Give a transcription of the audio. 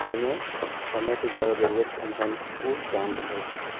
سمے سمے سے زیادہ ضرورت انسان کو جان کی ہوتی ہے